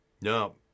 no